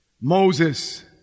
Moses